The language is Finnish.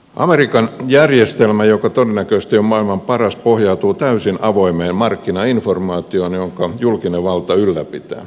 amerikan järjestelmä joka todennäköisesti on maailman paras pohjautuu täysin avoimeen markkinainformaatioon jota julkinen valta ylläpitää